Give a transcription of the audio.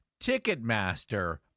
Ticketmaster